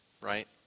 right